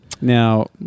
Now